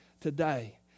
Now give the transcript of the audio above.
today